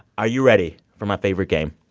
are you ready for my favorite game,